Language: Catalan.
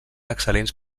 excel·lents